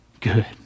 good